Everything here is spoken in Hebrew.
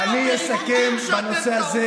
אין לכם גבולות.